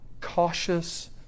cautious